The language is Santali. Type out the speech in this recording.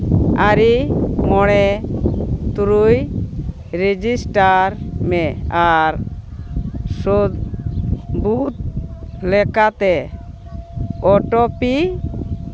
ᱟᱨᱮ ᱢᱚᱬᱮ ᱛᱩᱨᱩᱭ ᱨᱮᱡᱤᱥᱴᱟᱨ ᱢᱮ ᱟᱨ ᱥᱟᱹᱵᱩᱫ ᱞᱮᱠᱟᱛᱮ ᱳᱴᱤᱯᱤ